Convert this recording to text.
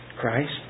Christ